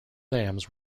dams